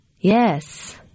Yes